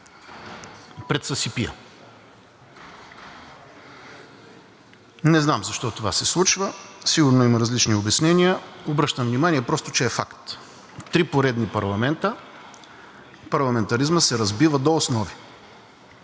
пред съсипия. Не знам защо това се случва, сигурно има различни обяснения. Обръщам внимание просто, че е факт. В три поредни парламента парламентаризмът се разбива до основи,